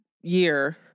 year